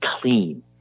clean